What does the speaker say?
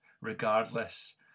regardless